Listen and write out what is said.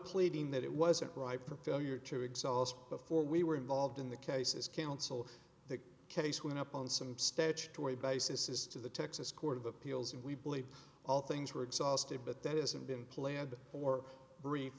pleading that it wasn't ripe for failure to exhaust before we were involved in the case as counsel the case went up on some statutory basis is to the texas court of appeals and we believe all things were exhausted but that hasn't been planned or brief